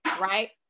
right